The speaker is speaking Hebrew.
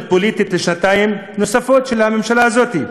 פוליטית לשנתיים נוספות של הממשלה הזאת,